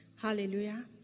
Hallelujah